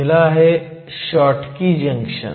पहिला आहे शॉटकी जंक्शन